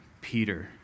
Peter